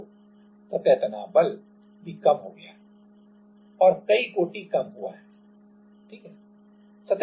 तो सतह तनाव बल भी कम हो गया है और कई कोटि कम हुआ है ठीक है